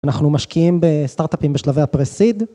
אנחנו משקיעים בסטארט-אפים בשלבי הפרה סיד.